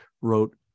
wrote